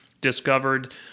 discovered